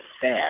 fast